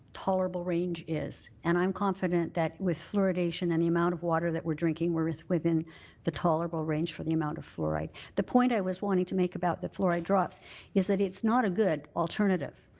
tolerable range is. and i'm confident that with fluoridation and the amount of water that we're drinking we're within the tolerable range for the amount of fluoride. the point i was wanting to make about the fluoride drops is that it's not a good alternative.